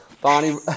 Bonnie